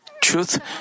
truth